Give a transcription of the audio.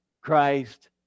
Christ